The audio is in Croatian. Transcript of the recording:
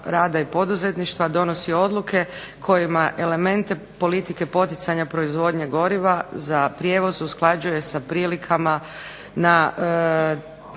rada i poduzetništva donosi odluke kojima elemente politike poticanja proizvodnje goriva za prijevoz usklađuje sa prilikama na